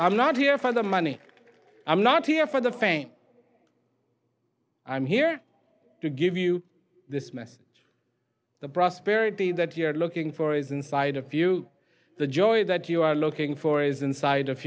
i'm not here for the money i'm not here for the fame i'm here to give you this message the prosperity that you're looking for is inside of you the joy that you are looking for is inside of